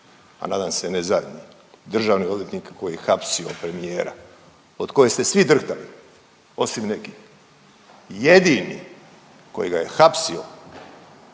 a nadam se ne zadnji državni odvjetnik koji je hapsio premijera, od kojeg ste svi drhtali, osim nekih. Jedini kojega je hapsio